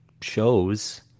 shows